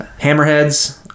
hammerheads